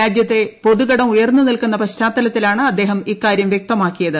രാജ്യത്തെ പൊതുകടം ഉയർന്നു നിൽക്കുന്ന പിൽച്ചാർത്തലത്തിലാണ് അദ്ദേഹം ഇക്കാര്യം വ്യക്തമാക്കീയത്